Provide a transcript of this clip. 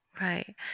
Right